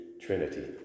Trinity